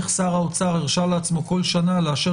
איך שר האוצר הרשה לעצמו כל שנה לאשר